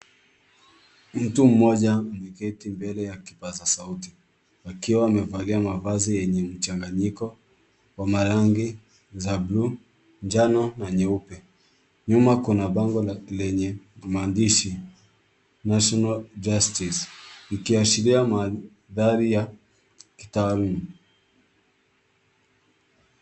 Mtu mmoja ameketi mbele ya kipaza sauti, akiwa amevalia mavazi yenye mchanganyiko wa marangi za bluu njano na nyeupe, nyuma kuna bango lenye maandishi National Justice ikiashiria mandhari ya kitaaluma.